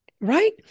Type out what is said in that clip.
Right